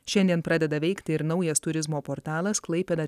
šiandien pradeda veikti ir naujas turizmo portalas klaipėda